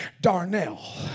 Darnell